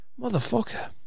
motherfucker